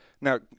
Now